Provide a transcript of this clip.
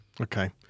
okay